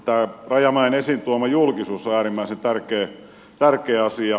tämä rajamäen esiin tuoma julkisuus on äärimmäisen tärkeä asia